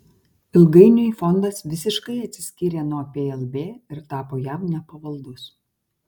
ilgainiui fondas visiškai atsiskyrė nuo plb ir tapo jam nepavaldus